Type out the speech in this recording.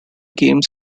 games